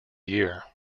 year